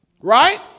Right